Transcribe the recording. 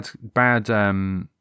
bad